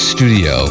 Studio